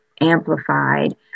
amplified